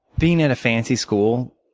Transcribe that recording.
being at a fancy school